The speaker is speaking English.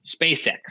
SpaceX